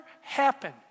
happen